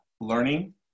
learning